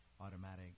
automatic